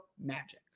Magic